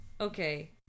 Okay